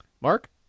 Mark